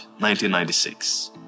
1996